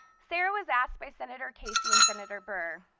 sara was asked by senator casey and senator burr,